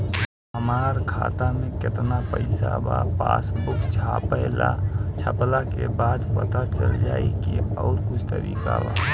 हमरा खाता में केतना पइसा बा पासबुक छपला के बाद पता चल जाई कि आउर कुछ तरिका बा?